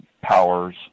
powers